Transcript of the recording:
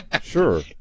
sure